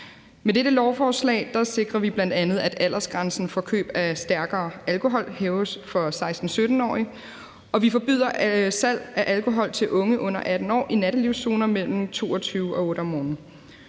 Med dette lovforslag sikrer vi bl.a., at aldersgrænsen for køb af stærkere alkohol hæves for 16-17-årige, og vi forbyder salg af alkohol til unge under 18 år i nattelivszoner mellem kl. 22 og 8 om